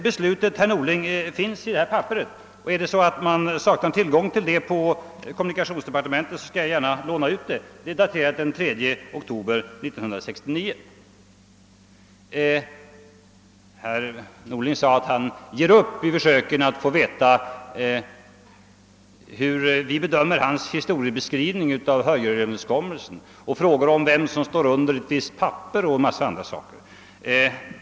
Beslutet, herr Norling, finns i detta papper, och saknar man tillgång till det på kommunikationsdepartementet, skall jag gärna låna ut detta exemplar. Det är daterat den 3 oktober 1969. Herr Norling sade att han ger upp i försöken att få veta hur vi bedömer hans historieskrivning när det gäller Hörjelöverenskommelsen. Han ställer vidare frågor om vem som undertecknat ett visst papper och en hel massa andra saker.